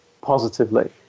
positively